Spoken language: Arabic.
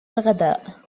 الغداء